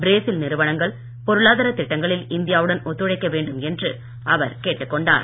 Brazil நிறுவனங்கள் பொருளாதார திட்டங்களில் இந்தியாவுடன் ஒத்துழைக்க வேண்டும் அவர் கேட்டுக் கொண்டார்